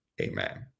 Amen